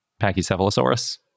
pachycephalosaurus